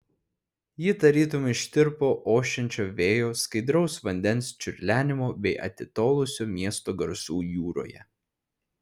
ji tarytum ištirpo ošiančio vėjo skaidraus vandens čiurlenimo bei atitolusio miesto garsų jūroje